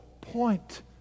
point